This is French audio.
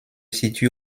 situe